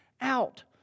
out